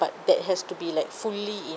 but that has to be like fully in